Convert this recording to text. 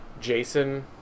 Jason